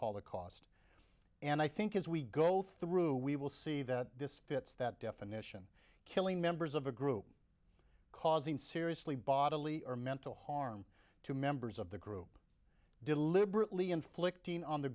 holocaust and i think as we go through we will see that this fits that definition killing members of a group causing seriously bodily or mental harm to members of the group deliberately inflicting on the